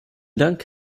dank